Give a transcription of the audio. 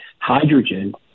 Hydrogen